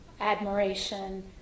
admiration